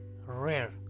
rare